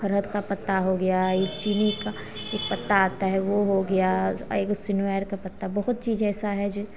फरहद का पत्ता हो गया एक चीनी का एक पत्ता आता है वह हो गया आ एगो सिनुआइर का पत्ता बहुत चीज़ ऐसा है जो